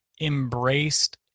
embraced